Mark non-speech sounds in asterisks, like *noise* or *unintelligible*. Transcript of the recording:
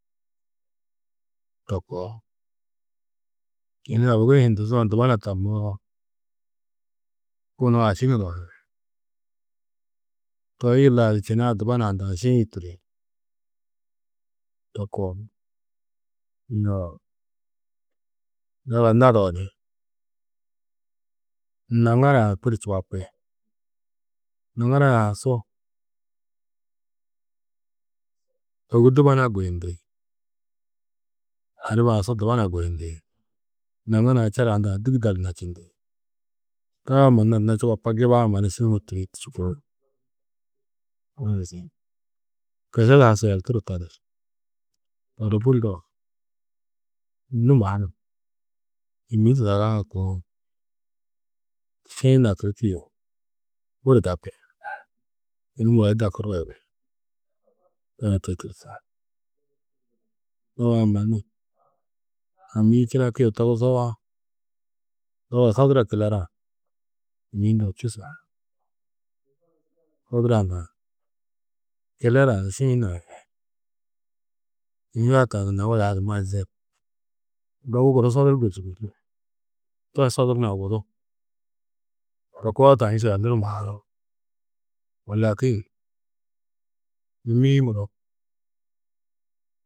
To koo čeni abigi-ĩ hi nduzuã dubana tammoó kunu aši nunohi. To yilla čêne-ã dubana hundã šiĩ yûturi to koo. Yoo zaga nadoo ni naŋara-ã budi čubapi. Naŋara-ã su ôwu dubana guyindi. Adibaa-ã su dubana guyindi, naŋara-ã cera hundã dûgi gal na čindi. Taa mannu anna čubapa giba-ã mannu. *unintelligible* *unintelligible* Kešeda-ã šeeltur tadar. To di bu ndoo nû mannu hîmi tudagaã koo šiĩ nakiri tîyo. Budi dakuru, yunu muro du dakurdo yugó a to tûrtu. Doba-ã mannu hîmi-ĩ činakîe togusoo doba sodura kilerã, hîmi hundã čusu. Sodura hundã kilerã šiĩ nãi yunu yahatã gunna wadaha du mazi. Dobu guru sodur *unintelligible* to sodur hunã wudu. To koo tani šeelduru maaro *unintelligible* hîm-ĩ muro.